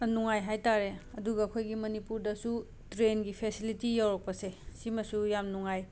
ꯅꯨꯡꯉꯥꯏ ꯍꯥꯏ ꯇꯥꯔꯦ ꯑꯗꯨꯒ ꯑꯩꯈꯣꯏꯒꯤ ꯃꯅꯤꯄꯨꯔꯗꯁꯨ ꯇ꯭ꯔꯦꯟꯒꯤ ꯐꯦꯁꯤꯂꯤꯇꯤ ꯌꯧꯔꯛꯄꯁꯦ ꯁꯤꯃꯁꯨ ꯌꯥꯝꯅ ꯅꯨꯡꯉꯥꯏ